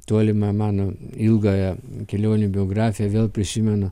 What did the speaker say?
tolimą mano ilgąją kelionių biografiją vėl prisimenu